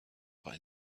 zwar